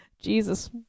Jesus